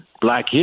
black